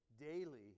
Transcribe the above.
daily